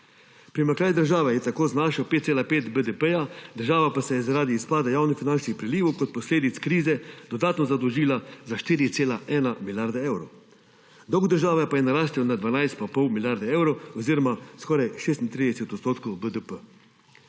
Primanjkljaj države je tako znašel 5,5 BDP, država pa se je zaradi izpada javnofinančnih prilivov kot posledic krize dodatno zadolžila za 4,1 milijarde evrov, dolg države pa je narastel na 12 pa pol milijarde evrov oziroma skoraj na 36